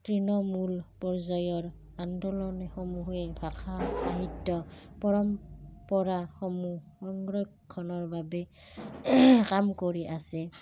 তৃণমূল পৰ্যায়ৰ আন্দোলনসমূহে ভাষা সাহিত্য পৰম্পৰাসমূহ সংৰক্ষণৰ বাবে কাম কৰি আছে